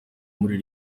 muri